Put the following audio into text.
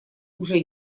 уже